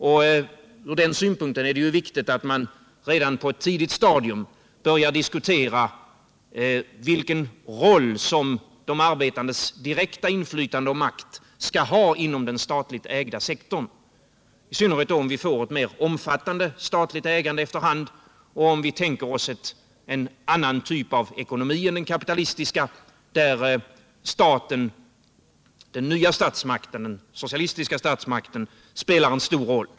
Från den synpunkten är det viktigt att man redan på ett tidigt stadium börjar diskutera vilken roll de arbetandes direkta inflytande och makt skall ha inom den statligt ägda sektorn, i synnerhet om vi får ett mer omfattande statligt ägande efter hand och om vi tänker oss en annan typ av ekonomi än den kapitalistiska, där den nya socialistiska statsmakten spelar en stor roll.